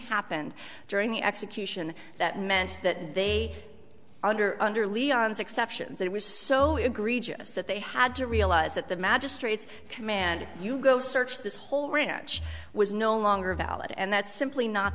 happened during the execution that meant that they under under leon's exceptions it was so egregious that they had to realize that the magistrate's command you go search this whole ranch was no longer valid and that's simply not